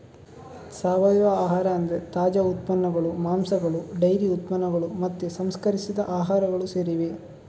ಸಾವಯವ ಆಹಾರ ಅಂದ್ರೆ ತಾಜಾ ಉತ್ಪನ್ನಗಳು, ಮಾಂಸಗಳು ಡೈರಿ ಉತ್ಪನ್ನಗಳು ಮತ್ತೆ ಸಂಸ್ಕರಿಸಿದ ಆಹಾರಗಳು ಸೇರಿವೆ